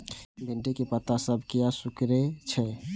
भिंडी के पत्ता सब किया सुकूरे छे?